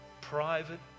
private